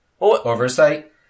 oversight